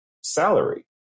salary